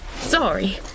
Sorry